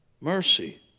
Mercy